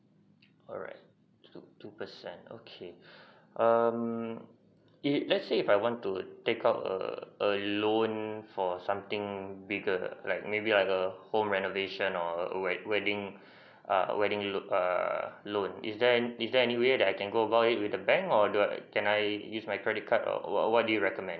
alright two two percent okay um if let's say I want to take out err a loan for something bigger like maybe are the home renovation or wed~ wedding err wedding lo~ err loan is there is there any way that I can go about it with the bank or do I can I use my credit card what what do you recommend